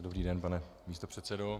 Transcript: Dobrý den, pane místopředsedo.